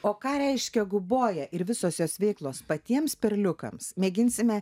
o ką reiškia guboja ir visos jos veiklos patiems perliukams mėginsime